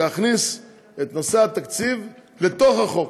להכניס את נושא התקציב לתוך החוק,